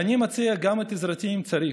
ואני גם מציע את עזרתי, אם צריך: